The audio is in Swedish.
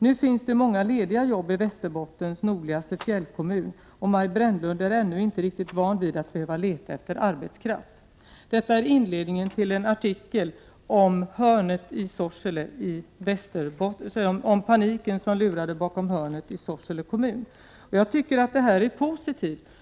Nu finns det många lediga jobb i Västerbottens nordligaste fjällkommun, och Maj Brännlund är ännu inte riktigt van vid att behöva leta efter arbetskraft.” Detta är inledningen till en artikel om paniken som lurade bakom hörnet i Sorsele kommun. Jag tycker att detta är positivt.